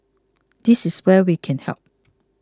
this is where we can help